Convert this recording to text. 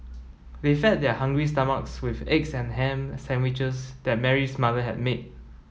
they fed their hungry stomachs with eggs and ham sandwiches that Mary's mother had made